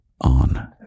on